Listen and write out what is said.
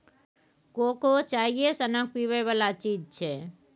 cocoa चाइए सनक पीबै बला चीज छै